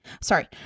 sorry